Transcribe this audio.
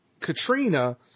Katrina